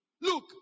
Look